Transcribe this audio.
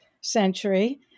century